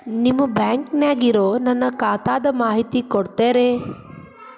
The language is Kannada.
ನಿಮ್ಮ ಬ್ಯಾಂಕನ್ಯಾಗ ಇರೊ ನನ್ನ ಖಾತಾದ ಮಾಹಿತಿ ಕೊಡ್ತೇರಿ?